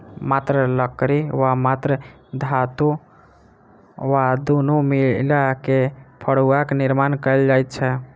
मात्र लकड़ी वा मात्र धातु वा दुनू मिला क फड़ुआक निर्माण कयल जाइत छै